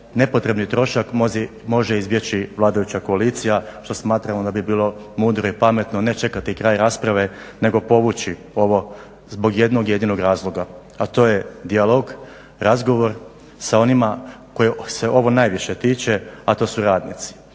nepotrebni trošak može izbjeći vladajuća koalicija što smatramo da bi bilo mudro i pametno ne čekati kraj rasprave nego povući ovo zbog jednog jedinog razloga a to je dijalog, razgovor sa onima kojih se ovo najviše tiče a to su radnici.